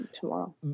tomorrow